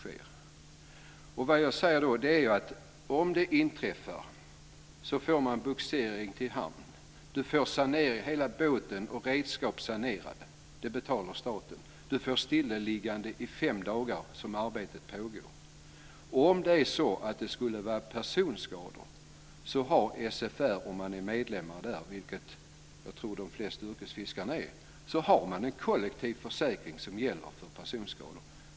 Det jag säger är att om det inträffar en skada får man bogsering till hamn. Man får hela båten och redskapen sanerade. Det betalar staten. Man får stillaliggande i fem dagar, den tid som arbetet pågår. Om det skulle förekomma personskador har SFR, om man är medlem där, vilket jag tror att de flesta yrkesfiskare är, en kollektiv försäkring som gäller för personskador.